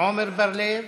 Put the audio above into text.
עמר בר-לב,